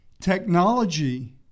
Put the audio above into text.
technology